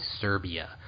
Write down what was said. serbia